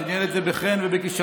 שניהל את זה בחן ובכישרון,